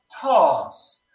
toss